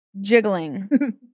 jiggling